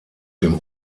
dem